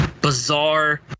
bizarre